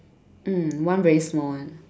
mm one very small one